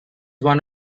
one